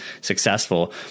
successful